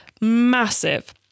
massive